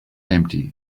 empty